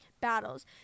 battles